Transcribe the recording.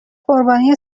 قربانی